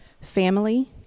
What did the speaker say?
Family